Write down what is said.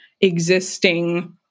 existing